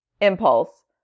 Impulse